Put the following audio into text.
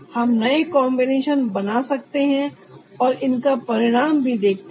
हम नए कॉन्बिनेशन बना सकते हैं और इनका परिणाम भी देखते हैं